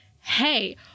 hey